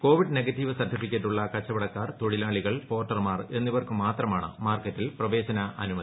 Covid negative സർട്ടിഫിക്കറ്റുള്ള കച്ചവടക്കാർ തൊഴിലാളികൾ പോർട്ടർമാർ എന്നിവർക്ക് മാത്രമാണ് മാർക്കറ്റിൽ പ്രവേശനാനുമതി